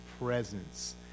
presence